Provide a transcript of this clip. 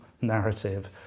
narrative